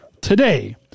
today